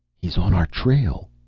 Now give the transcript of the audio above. he's on our trail!